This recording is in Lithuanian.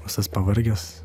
visas pavargęs